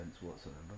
whatsoever